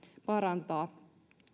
parantaa